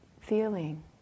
feeling